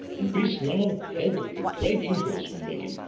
and peace now had a great influence on begin,